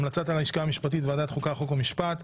המלצת הלשכה המשפטית היא ועדת חוקה, חוק ומשפט.